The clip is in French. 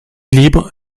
libre